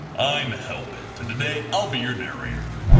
i'm hellbent and today i'll be your narrator.